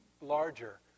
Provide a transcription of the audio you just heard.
larger